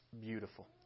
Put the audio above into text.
beautiful